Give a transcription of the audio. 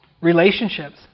relationships